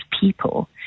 people